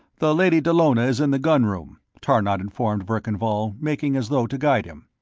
the lady dallona is in the gun room, tarnod informed verkan vall, making as though to guide him.